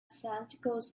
santikos